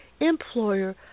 employer